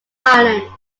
ireland